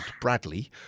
Bradley